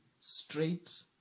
straight